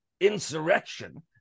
insurrection